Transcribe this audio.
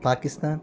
Pakistan